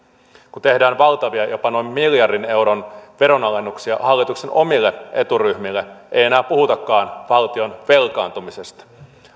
kun tehdään valtavia jopa noin miljardin euron veronalennuksia hallituksen omille eturyhmille ei enää puhutakaan valtion velkaantumisesta